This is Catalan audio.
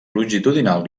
longitudinal